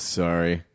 sorry